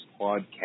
Podcast